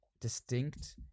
distinct